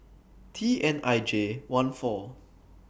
T N I J one four